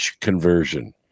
conversion